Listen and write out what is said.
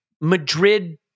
Madrid